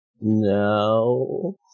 No